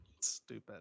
Stupid